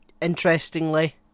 interestingly